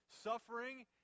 Suffering